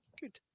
good